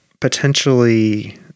potentially